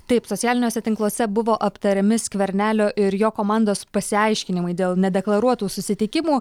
taip socialiniuose tinkluose buvo aptariami skvernelio ir jo komandos pasiaiškinimai dėl nedeklaruotų susitikimų